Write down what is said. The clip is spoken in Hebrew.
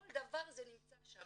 כל דבר נמצא שם,